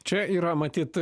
čia yra matyt